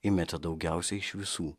įmetė daugiausiai iš visų